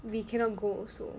we cannot go also